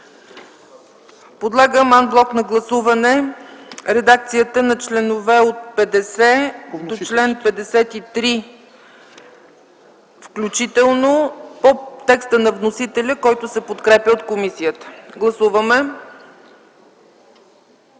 Подлагам на гласуване ан блок редакцията на членове от 50 до 53 включително по текста на вносителя, който се подкрепя от комисията. Гласували